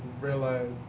realize